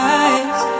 eyes